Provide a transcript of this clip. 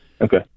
Okay